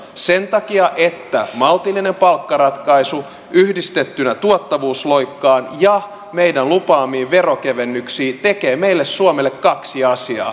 sen takia että maltillinen palkkaratkaisu yhdistettynä tuottavuusloikkaan ja meidän lupaamiimme veronkevennyksiin tekee meille suomelle kaksi asiaa